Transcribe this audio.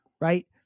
right